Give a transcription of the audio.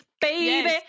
baby